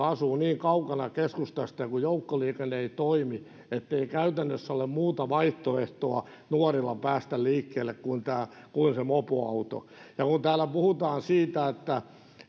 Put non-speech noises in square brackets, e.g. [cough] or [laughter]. [unintelligible] asuvat niin kaukana keskustasta ja kun joukkoliikenne ei toimi ettei nuorilla käytännössä ole muuta vaihtoehtoa päästä liikkeelle kuin tämä kuuluisa mopoauto ja kun täällä puhutaan siitä